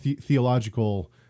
theological